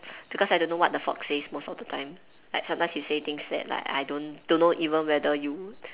because I don't know what the fox says most of the time like sometimes you say things that like I don't~ don't know even whether you